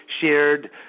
shared